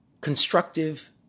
constructive